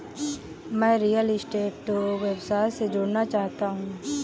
मैं real estate व्यवसाय से जुड़ना चाहता हूँ